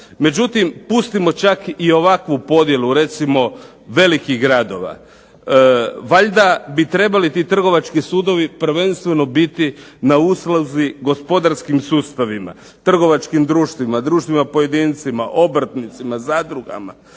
Međutim, pustimo čak i ovakvu podjelu, recimo velikih gradova. Valjda bi trebali ti trgovački sudovi prvenstveno biti na usluzi gospodarskim sustavima, trgovačkim društvima, društvima pojedincima, obrtnicima, zadrugama.